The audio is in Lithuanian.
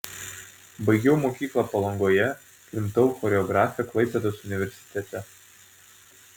baigiau mokyklą palangoje krimtau choreografiją klaipėdos universitete